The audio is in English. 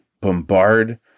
bombard